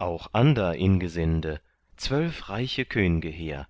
auch ander ingesinde zwölf reiche könge hehr